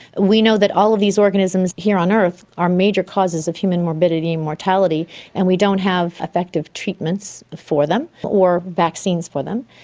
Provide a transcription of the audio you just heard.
we know that all of these organisms here on earth are major causes of human morbidity and mortality and we don't have effective treatments for them or vaccines for them.